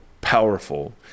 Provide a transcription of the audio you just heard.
powerful